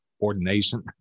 ordination